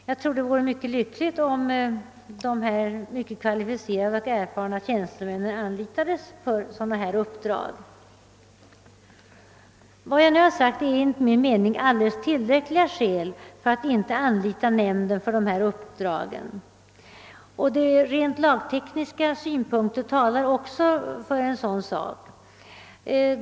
Jag tror att det vore mycket lyckligt om sådana mycket kvalificerade och erfarna tjänstemän anlitades för dylika uppdrag. Vad jag nu sagt är enligt min mening alldeles tillräckliga skäl för att inte anlita nämnden för dessa uppdrag. Rent lagtekniska synpunkter talar emellertid också för detta.